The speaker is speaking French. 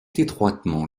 étroitement